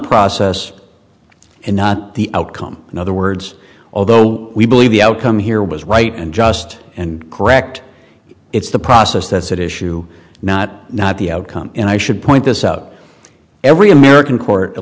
process and not the outcome in other words although we believe the outcome here was right and just and correct it's the process that's at issue not not the outcome and i should point this out every american